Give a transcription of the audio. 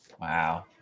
Wow